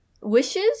wishes